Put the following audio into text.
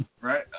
right